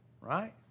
Right